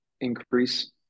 Increase